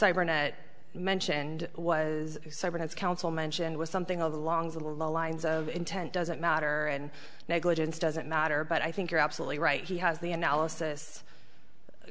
ernet mentioned was his counsel mentioned was something along the lines of intent doesn't matter and negligence doesn't matter but i think you're absolutely right he has the analysis